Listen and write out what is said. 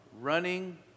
running